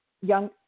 Young